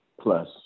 plus